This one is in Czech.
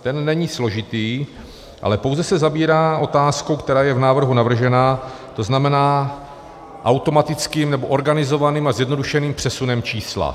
Ten není složitý, ale pouze se zabírá otázkou, která je v návrhu navržena, to znamená automatickým nebo organizovaným a zjednodušeným přesunem čísla.